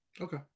Okay